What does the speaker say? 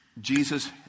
Jesus